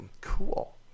cool